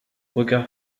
regard